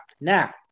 Now